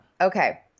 Okay